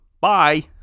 Bye